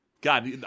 God